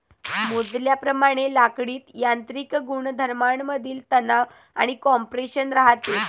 मोजल्याप्रमाणे लाकडीत यांत्रिक गुणधर्मांमधील तणाव आणि कॉम्प्रेशन राहते